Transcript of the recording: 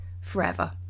forever